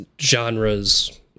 genres